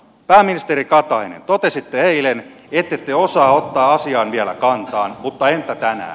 pääministeri katainen totesitte eilen ettette osaa ottaa asiaan vielä kantaa mutta entä tänään